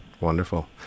Wonderful